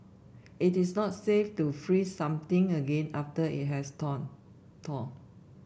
it is not safe to freeze something again after it has thawed thawed